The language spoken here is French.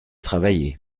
travailler